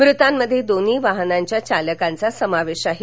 मृतांमध्ये दोन्ही वाहनाच्या चालकांचा समावेश आहे